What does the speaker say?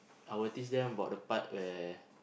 I will teach them about the part where